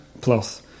plus